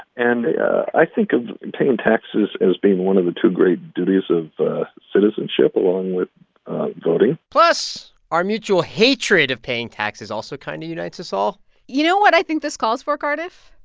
and i think of paying taxes as being one of the two great duties of citizenship, along with voting plus, our mutual hatred of paying taxes also kind of unites us all you know what i think this calls for, cardiff?